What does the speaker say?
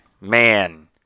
Man